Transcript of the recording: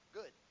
good